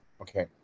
Okay